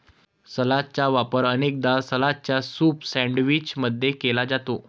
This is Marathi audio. सलादचा वापर अनेकदा सलादच्या सूप सैंडविच मध्ये केला जाते